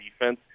defense